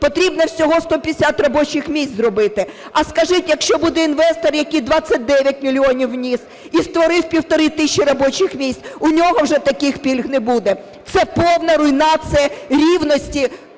потрібно всього 150 робочих місць зробити. А скажіть, якщо буде інвестор, який 29 мільйонів вніс і створив півтори тисячі робочих місць? У нього вже таких пільг не буде. Це повна руйнація рівності